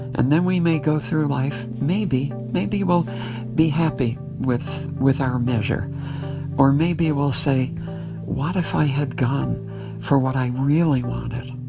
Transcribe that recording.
and then we may go through life maybe maybe we'll be happy with with our measure or maybe we'll say what if i had gone for what i really wanted?